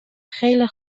خیلی